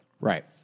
Right